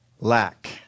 lack